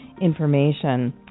information